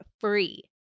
free